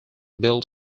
built